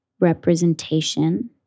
representation